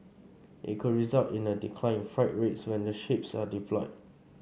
it could result in a decline in freight rates when the ships are deployed